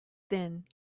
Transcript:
then